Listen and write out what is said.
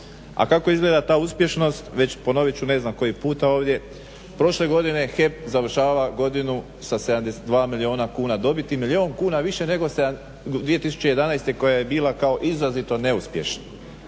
A kako izgleda ta uspješnost već ponovit ću ne znam koji puta ovdje, prošle godine HEP završava godinu sa 72 milijuna dobiti, milijun kuna više nego 2011.koja je bila kao izrazito neuspješna.